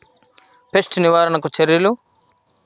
Pest నివారణకు చర్యలు?